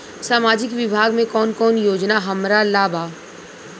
सामाजिक विभाग मे कौन कौन योजना हमरा ला बा?